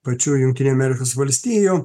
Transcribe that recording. pačių jungtinių amerikos valstijų